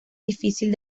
difícil